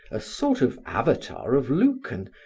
a sort of avatar of lucan,